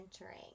entering